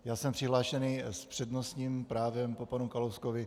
Já jsem přihlášený s přednostním právem po panu Kalouskovi.